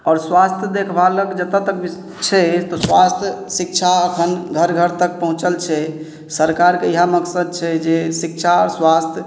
आओर स्वास्थ्य देखभालक जतऽ तक छै तऽ स्वास्थ्य शिक्षा अखन घर घर तक पहुँचल छै सरकारके इएह मकसद छै जे शिक्षा आओर स्वास्थ्य